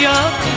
up